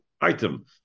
item